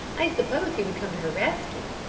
i suppose he would come to her rescue,